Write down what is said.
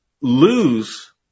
lose